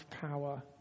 power